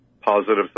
positive